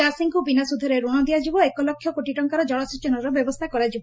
ଚାଷୀଙ୍କୁ ବିନା ସୁଧରେ ଋଣ ଦିଆଯିବ ଏକ ଲକ୍ଷ କୋଟି ଟଙ୍କାର ଜଳସେଚନର ବ୍ୟବସ୍କା କରାଯିବ